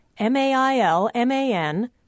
mailman